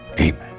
amen